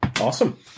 Awesome